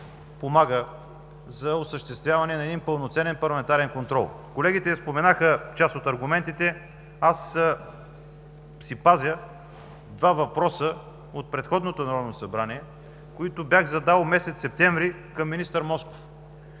за осъществяване на един пълноценен парламентарен контрол. Колегите споменаха част от аргументите, аз си пазя два въпроса от предходното Народно събрание, които бях задал към министър Москов